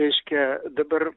reiškia dabar